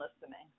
listening